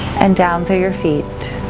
and down through your feet.